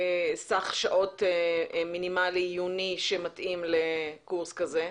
סך שעות מינימלי עיוני שמתאים לקורס כזה?